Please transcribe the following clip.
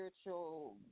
spiritual